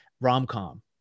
rom-com